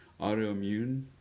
autoimmune